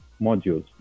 modules